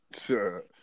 Sure